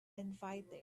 inviting